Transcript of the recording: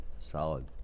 solid